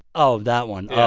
oh, that one. oh,